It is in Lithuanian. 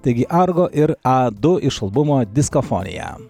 taigi argo ir a du iš albumo diskofonija